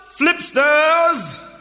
Flipsters